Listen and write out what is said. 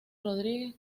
rodríguez